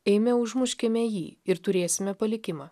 eime užmuškime jį ir turėsime palikimą